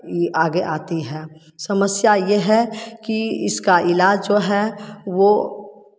ये आगे आती है समस्या ये है कि इसका इलाज जो है वो